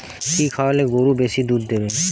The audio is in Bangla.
কি খাওয়ালে গরু বেশি দুধ দেবে?